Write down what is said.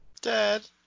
Dad